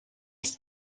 ist